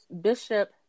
Bishop